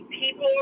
people